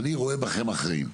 בכם אחראים.